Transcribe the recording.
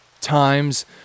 times